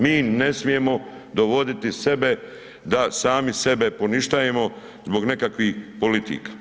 Mi ne smijemo dovoditi sebe da sami sebe poništavamo zbog nekakvih politika.